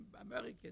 American